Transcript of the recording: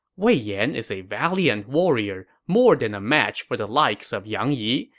wei yan is a valiant warrior, more than a match for the likes of yang yi.